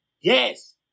yes